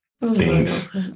Thanks